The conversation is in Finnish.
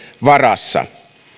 varassa